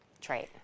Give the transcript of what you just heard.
trait